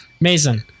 mason